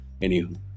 Anywho